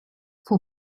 for